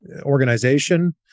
organization